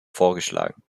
vorgeschlagen